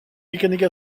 mécanique